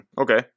Okay